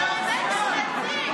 אבל אתם בחרתם נציג.